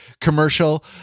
commercial